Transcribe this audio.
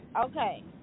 Okay